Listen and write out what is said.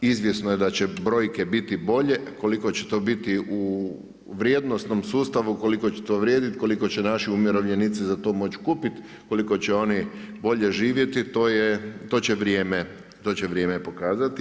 Izvjesno je da će brojke biti bolje, koliko će to biti u vrijednosnom sustavu, koliko će to vrijediti, koliko će naši umirovljenici za to moći kupiti, koliko će oni bolje živjeti to je, to će vrijeme pokazati.